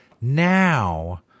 Now